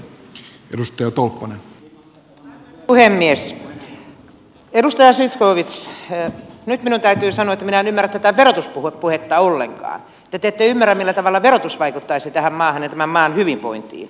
edustaja zyskowicz nyt minun täytyy sanoa että minä en ymmärrä tätä verotuspuhetta ollenkaan että te ette ymmärrä millä tavalla verotus vaikuttaisi tähän maahan ja tämän maan hyvinvointiin